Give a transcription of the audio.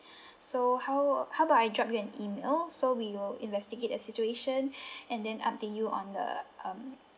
so how how about I drop you an email so we will investigate the situation and then update you on the um